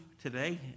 today